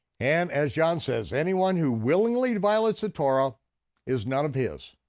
and as john says, anyone who willingly violates the torah is none of his.